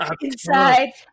Inside